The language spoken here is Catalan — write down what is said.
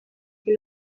que